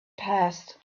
passed